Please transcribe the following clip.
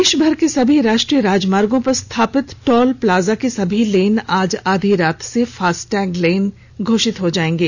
देशभर के सभी राष्ट्रीय राजमार्गों पर स्थापित टोल प्लाजा के सभी लेन आज आधी रात से फास्टैग लेन घोषित हो जायेंगे